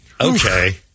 Okay